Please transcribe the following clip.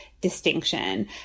distinction